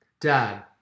dad